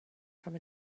from